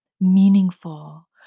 meaningful